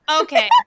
Okay